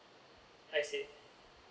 I see